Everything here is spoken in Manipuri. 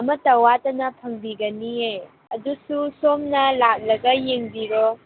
ꯑꯃꯠꯇ ꯋꯥꯠꯇꯅ ꯐꯪꯕꯤꯒꯅꯤꯌꯦ ꯑꯗꯨꯁꯨ ꯁꯣꯝꯅ ꯂꯥꯛꯂꯒ ꯌꯦꯡꯕꯤꯔꯣ